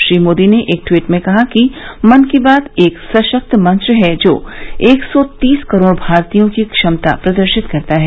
श्री मोदी ने एक ट्वीट में कहा कि मन की बात एक सशक्त मंच है जो एक सौ तीस करोड़ भारतीयों की क्षमता प्रदर्शित करता है